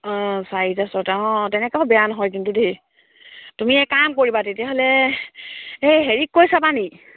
অঁ চাৰিটা ছটা অঁ তেনেকৈও বেয়া নহয় কিন্তু দেই তুমি এই কাম কৰিবা তেতিয়াহ'লে এই হেৰিক কৈ চাবানি